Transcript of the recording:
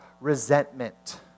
resentment